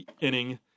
inning